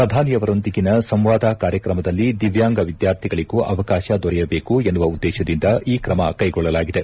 ಶ್ರಧಾನಿಯವರೊಂದಿಗಿನ ಸಂವಾದ ಕಾರ್ಯಕ್ರಮದಲ್ಲಿ ದಿವ್ಯಾಂಗ ವಿದ್ಯಾರ್ಥಿಗಳಗೂ ಅವಕಾಶ ದೊರೆಯಬೇಕು ಎನ್ನುವ ಉದ್ದೇಶದಿಂದ ಈ ಕ್ರಮ ಕೈಗೊಳ್ಳಲಾಗಿದೆ